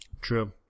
True